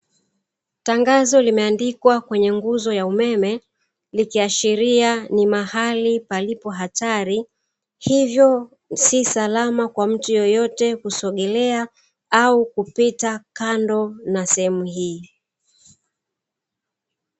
Tangazo limeandikwa kwenye nguzo ya umeme, likiashiria ni mahali palipo hatari, hivyo si salama kwa mtu yoyote kusogelea au kupita kando na sehemu hii.